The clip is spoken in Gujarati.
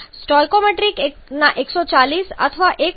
સ્ટોઇકિયોમેટ્રિકના 140 અથવા 1